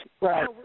Right